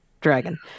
dragon